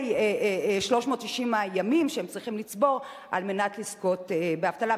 360 הימים שהם צריכים לצבור על מנת לזכות בדמי אבטלה,